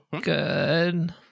good